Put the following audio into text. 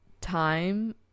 time